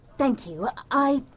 thank you. i,